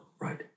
Right